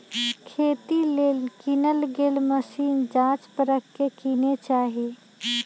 खेती लेल किनल गेल मशीन जाच परख के किने चाहि